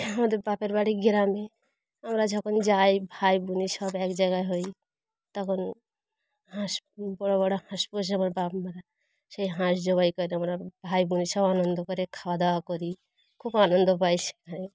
আমাদের বাপের বাড়ির গ্রামে আমরা যখন যাই ভাই বোনে সব এক জায়গায় হই তখন হাঁস বড়ো বড়ো হাঁস পোষে আমার বাপ মারা সেই হাঁস জবাই করে আমরা ভাই বোনে সব আনন্দ করে খাওয়া দাওয়া করি খুব আনন্দ পাই সেখানে